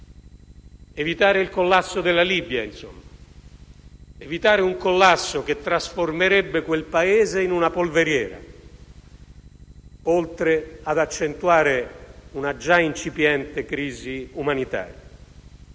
Evitare il collasso della Libia, insomma; evitare un collasso che trasformerebbe quel Paese in una polveriera, oltre ad accentuare una già incipiente crisi umanitaria.